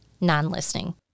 non-listening